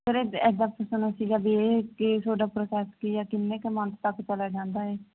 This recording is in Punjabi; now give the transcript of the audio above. ਸਰ ਇਹਦਾ ਪੁਛਣਾ ਸੀਗਾ ਕੀ ਤੁਹਾਡਾ ਪ੍ਰੋਸੈਸ ਕੀ ਆ ਕਿੰਨੇ ਕੁ ਮੰਥ ਤੱਕ ਚਲਾ ਜਾਂਦਾ ਹੈ